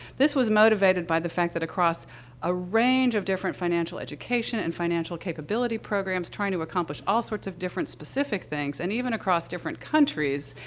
this was motivated by the fact that across a range of different financial education and financial capability programs trying to accomplish all sorts of different specific things, and even across different countries,